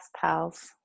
Pals